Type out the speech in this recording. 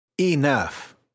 Enough